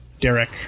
Derek